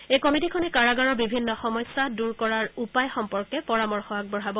এই কমিটিখনে কাৰাগাৰৰ বিভিন্ন সমস্যা দূৰ কৰাৰ উপায় সম্পৰ্কে পৰামৰ্শ আগবঢ়াব